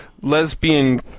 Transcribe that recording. lesbian